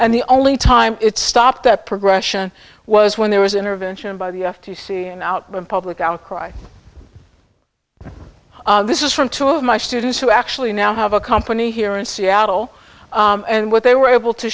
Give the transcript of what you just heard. and the only time it stopped that progression was when there was intervention by the f t c and out of public outcry this is from two of my students who actually now have a company here in seattle and what they were able to